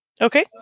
Okay